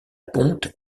ponte